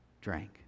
drank